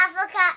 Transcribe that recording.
Africa